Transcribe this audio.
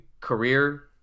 career